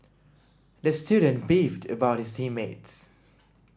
the student beefed about his team mates